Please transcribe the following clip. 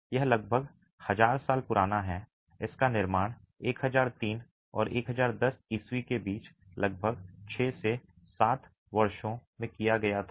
यह लगभग हजार साल पुराना है इसका निर्माण 1003 और 1010 ईस्वी के बीच लगभग 6 से 7 वर्षों में किया गया था